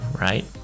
right